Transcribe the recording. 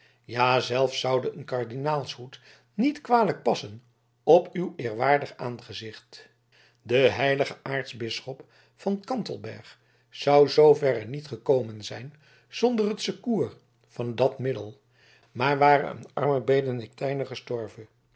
ja zelfs zoude een kardinaalshoed niet kwalijk passen op uw eerwaardig aangezicht de heilige aartsbisschop van kantelbergh zou zooverre niet gekomen zijn zonder t secours van dat middel maar ware een arme benediktijner gestorven